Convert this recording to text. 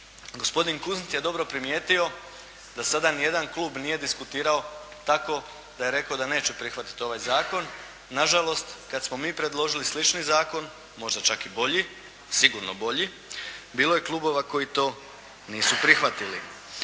Gospodin Kunst je dobro primijetio da sada ni jedan klub nije diskutirao tako da je rekao da neće prihvatiti ovaj zakon. Na žalost, kad smo mi predložili slični zakon, možda čak i bolji, sigurno bolji bilo je klubova koji to nisu prihvatili.